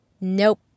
Nope